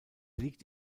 liegt